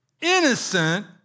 innocent